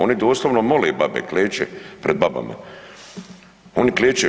Oni doslovno mole babe kleče pred babama, oni kleče.